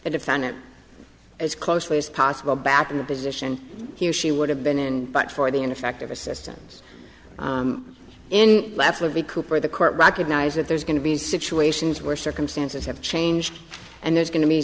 the defendant as closely as possible back in the position he or she would have been in but for the ineffective assistance in absolutely cooper the court recognized that there's going to be situations where circumstances have changed and there's going to be